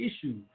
issues